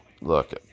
look